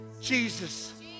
Jesus